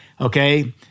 okay